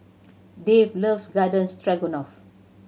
Dave loves Garden Stroganoff